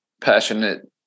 passionate